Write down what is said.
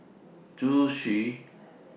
Zhu Xu